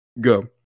go